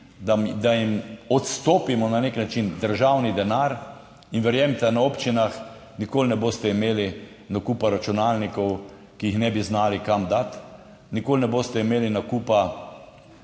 da jim odstopimo na nek način državni denar? In verjemite na občinah nikoli ne boste imeli nakupa računalnikov, ki jih ne bi znali kam dati. Nikoli ne boste imeli nakupa